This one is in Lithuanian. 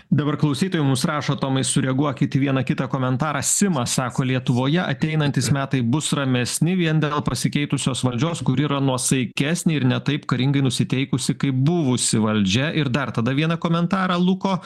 dabar klausytojai mums rašo tomai sureaguokit į vieną kitą komentarą simas sako lietuvoje ateinantys metai bus ramesni vien dėl pasikeitusios valdžios kuri yra nuosaikesnė ir ne taip karingai nusiteikusi kaip buvusi valdžia ir dar tada vieną komentarą luko